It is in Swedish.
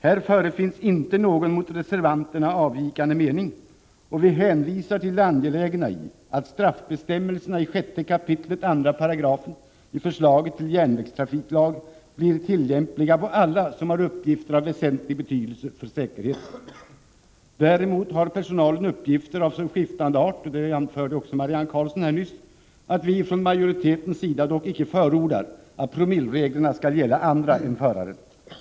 Här förefinns inte någon mot reservanterna avvikande mening, och vi hänvisar till det angelägna i att straffbestämmelserna i 6 kap 2§ i förslaget till järnvägstrafiklag blir tillämpliga på alla som har uppgifter av väsentlig betydelse för säkerheten. Däremot har personalen uppgifter av så skiftande art — det anförde också Marianne Karlsson nyss — att vi från majoritetens sida icke förordar att promillereglerna skall gälla andra än föraren.